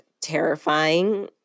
terrifying